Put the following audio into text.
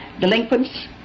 Delinquents